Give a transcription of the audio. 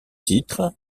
titre